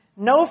no